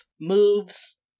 moves